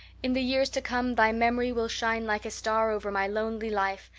in the years to come thy memory will shine like a star over my lonely life,